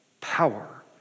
power